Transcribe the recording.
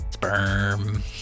Sperm